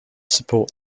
support